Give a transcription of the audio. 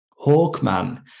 Hawkman